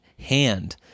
hand